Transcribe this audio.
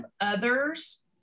others